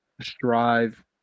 strive